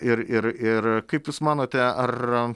ir ir ir kaip jūs manote ar